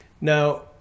Now